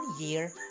year